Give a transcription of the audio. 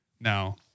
now